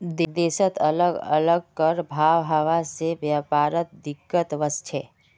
देशत अलग अलग कर भाव हवा से व्यापारत दिक्कत वस्छे